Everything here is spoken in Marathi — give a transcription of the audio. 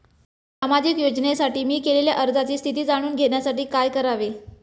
सामाजिक योजनेसाठी मी केलेल्या अर्जाची स्थिती जाणून घेण्यासाठी काय करावे?